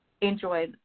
enjoy